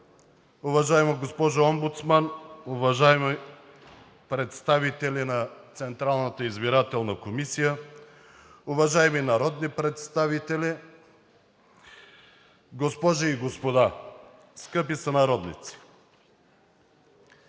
уважаема госпожо Омбудсман, уважаеми представители на Централната избирателна комисия, уважаеми народни представители, госпожи и господа, скъпи сънародници!